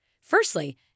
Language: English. Firstly